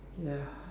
ya